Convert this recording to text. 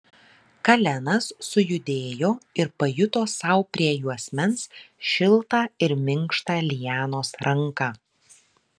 kalenas sujudėjo ir pajuto sau prie juosmens šiltą ir minkštą lianos ranką